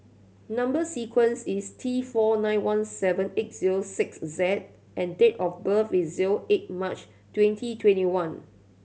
number sequence is T four nine one seven eight zero six Z and date of birth is zero eight March twenty twenty one